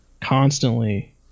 constantly